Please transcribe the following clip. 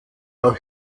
auch